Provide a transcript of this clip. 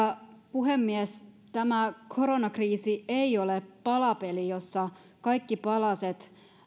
puhemies tämä koronakriisi ei ole palapeli jossa kaikki palaset